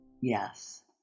Yes